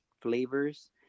flavors